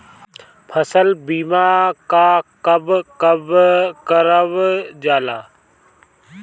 फसल बीमा का कब कब करव जाला?